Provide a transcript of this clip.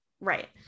Right